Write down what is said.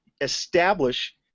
establish